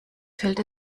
fällt